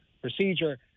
procedure